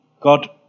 God